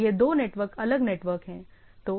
तो ये दो नेटवर्क अलग नेटवर्क हैं